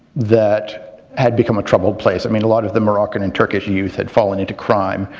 that had become a troubled place. i mean a lot of the moroccan and turkish youth had fallen into crime,